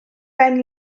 ben